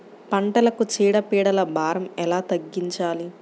పంటలకు చీడ పీడల భారం ఎలా తగ్గించాలి?